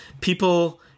people